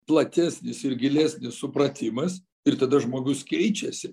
platesnis ir gilesnis supratimas ir tada žmogus keičiasi